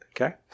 Okay